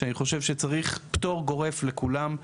אני חושב שצריך פטור גורף לכולם.